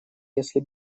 если